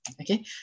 Okay